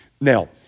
Now